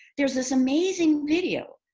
there's this amazing video,